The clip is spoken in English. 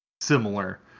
similar